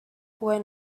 when